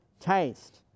taste